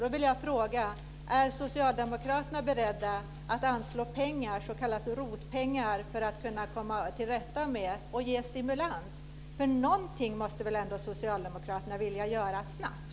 Då vill jag fråga: Är socialdemokraterna beredda att anslå pengar, s.k. ROT-pengar, för att komma till rätta med problemet och ge stimulans? Någonting måste väl ändå socialdemokraterna vilja göra snabbt?